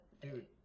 Dude